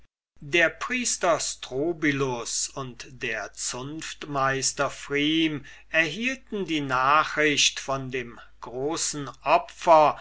der priester strobylus und der zunftmeister pfrieme erhielten die nachricht von dem großen